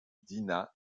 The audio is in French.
dina